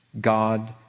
God